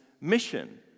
mission